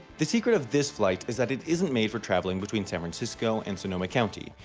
the secret of this flight is that it isn't made for traveling between san francisco and sonoma county,